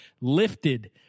lifted